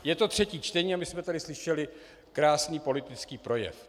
Je to třetí čtení a my jsme tady slyšeli krásný politický projev.